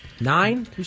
Nine